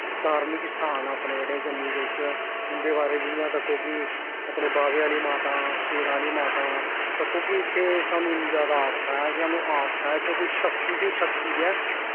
धार्मक स्थान अपने जेह्ड़े जम्मू बिच्च इं'दे बारे च इ'यां तक्को कि अपने बाह्वे आह्ली माता शेरां आह्ली माता तक्को कि इत्थें सानूं इन्नी जादा आस्था ऐ कि सानूं आस्था कि इत्थें कुछ शक्ति ते शक्ति ऐ